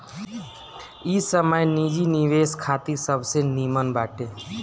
इ समय निजी निवेश खातिर सबसे निमन बाटे